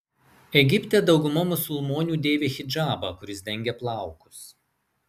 egipte dauguma musulmonių dėvi hidžabą kuris dengia plaukus